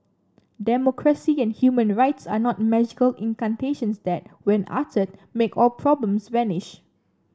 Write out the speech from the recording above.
democracy and human rights are not magical incantations that when uttered make all problems vanish